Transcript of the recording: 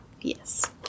Yes